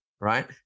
right